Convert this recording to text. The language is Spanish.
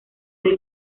del